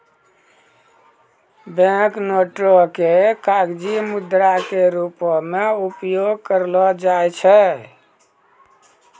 bank नोटो के कागजी मुद्रा के रूपो मे उपयोग करलो जाय छै